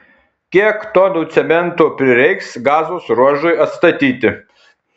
kiek tonų cemento prireiks gazos ruožui atstatyti